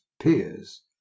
peers